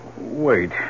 wait